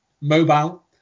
mobile